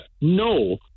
No